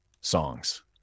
songs